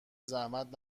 زحمت